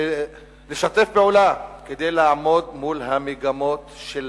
לשתף פעולה כדי לעמוד מול המגמות של